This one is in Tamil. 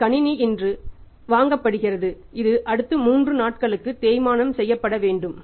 ஒரு கணினி இன்று வாங்கப்படுகிறது இது அடுத்த 3 ஆண்டுகளில் தேய்மானம் செய்யப்பட வேண்டும்